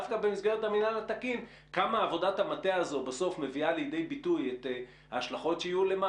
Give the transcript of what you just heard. כל המסקנות שלה די התפספסו וזה לא בא לידי ביטוי בחקיקה הסופית.